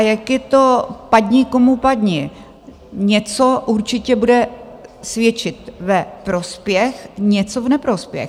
Jak je to padni, komu padni, něco určitě bude svědčit ve prospěch, něco v neprospěch.